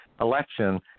election